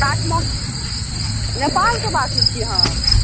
काठमा नेपालके बासी छी हम